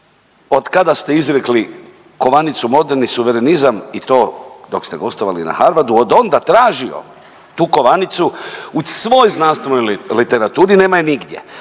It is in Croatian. od kada ste izrekli kovanicu moderni suverenizam i to dok ste gostovali na Harvardu od onda tražio tu kovanicu u svoj znanstvenoj literaturi. Nema je nigdje,